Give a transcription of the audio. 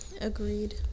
Agreed